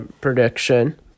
prediction